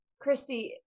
Christy